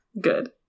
good